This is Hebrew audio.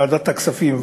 ועדת הכספים,